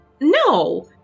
No